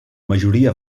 majoria